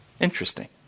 Interesting